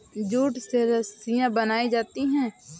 jute से रस्सियां बनायीं जाती है